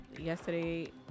yesterday